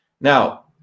now